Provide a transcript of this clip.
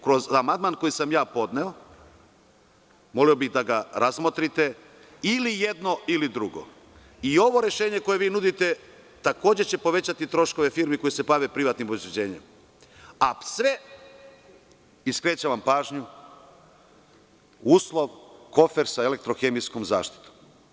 Kroz amandman koji sam ja podneo, molio bih da ga razmotrite ili jedno ili drugo i ovo rešenje koje vi nudite, takođe će povećati troškove firmi koje se bave privatnim obezbeđenjem, a sve, i skrećem vam pažnju, uslov kofer sa elektro-hemijskom zaštitom.